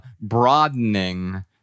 broadening